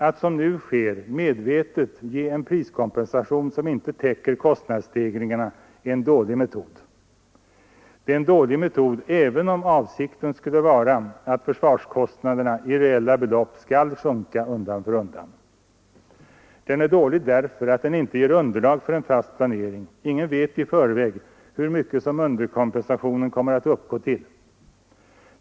Att, som nu sker, medvetet ge en priskompensation som inte täcker kostnadsstegringarna är en dålig metod. Det är en dålig metod även om avsikten skulle vara att försvarskostnaderna i reella belopp skall sjunka undan för undan. Den är dålig därför att den inte ger underlag för en fast planering — ingen vet i förväg hur mycket som underkompensationen kommer att uppgå till.